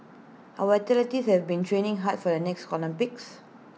our athletes have been training hard for the next Olympics